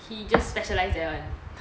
he just specialised there [one]